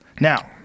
Now